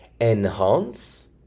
enhance